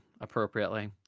appropriately